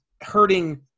hurting